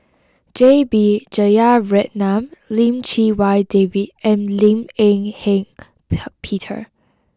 J B Jeyaretnam Lim Chee Wai David and Lim Eng Hock Peter